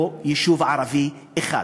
יישוב ערבי אחד.